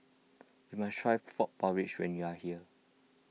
you must try Frog Porridge when you are here